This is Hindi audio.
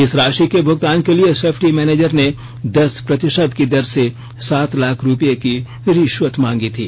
इस राशि के भुगतान के लिए सेफ्टी मैनेंजर ने दस प्रतिशत की दर से सात लाख रूपये की रिश्वत मांगी थी